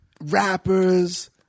rappers